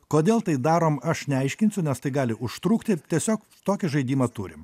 kodėl tai darom aš neaiškinsiu nes tai gali užtrukti tiesiog tokį žaidimą turim